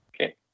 Okay